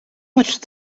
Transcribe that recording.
much